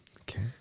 okay